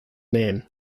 name